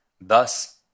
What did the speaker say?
Thus